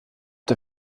der